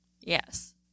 Yes